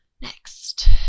Next